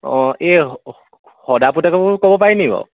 অঁ এই সদা পুতেককো ক'ব পাৰি নেকি বাৰু